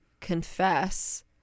confess